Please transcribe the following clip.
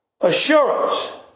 Assurance